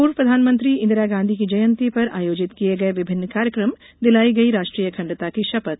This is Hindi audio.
पूर्व प्रधानमंत्री इंदिरा गांधी की जयंती पर आयोजित किये गये विभिन्न कार्यक्रम दिलाई गई राष्ट्रीय अखंडता की शपथ